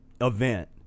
event